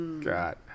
God